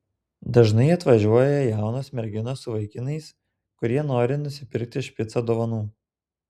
dažnai atvažiuoja jaunos merginos su vaikinais kurie nori nusipirkti špicą dovanų